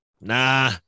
nah